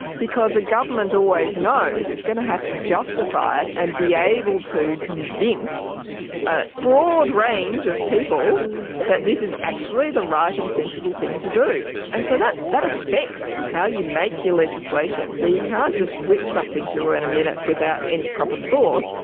because a government always knows it's going to have to justify it and be able to convince a broad range of people that this was actually the right and sensible thing to do. and so that that affects how you make your legislation, so you can't just whip something through in a minute without any proper thought,